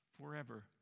forever